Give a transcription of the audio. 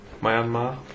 Myanmar